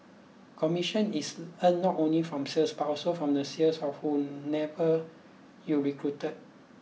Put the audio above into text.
commission is earned not only from sales but also from the sales of whomever you recruited